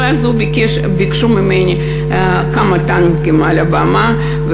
ואז ביקשו ממני שיהיו כמה טנקים על הבמה,